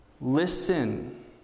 Listen